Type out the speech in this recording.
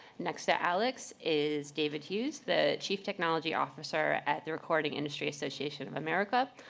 next to alex is david hughes, the chief technology officer at the recording industry association of america.